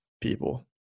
people